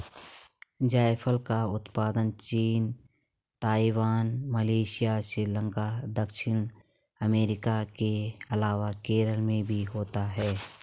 जायफल का उत्पादन चीन, ताइवान, मलेशिया, श्रीलंका, दक्षिण अमेरिका के अलावा केरल में भी होता है